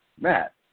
Matt